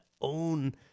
own